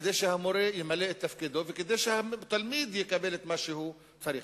כדי שהמורה ימלא את תפקידו וכדי שהתלמיד יקבל מה שהוא צריך.